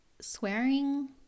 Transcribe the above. swearing